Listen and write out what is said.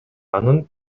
анын